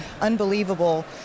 unbelievable